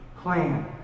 plan